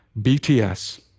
BTS